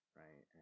right